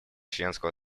членского